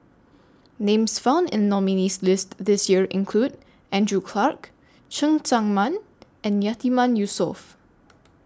Names found in nominees' list This Year include Andrew Clarke Cheng Tsang Man and Yatiman Yusof